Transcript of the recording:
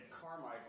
Carmichael